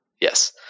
Yes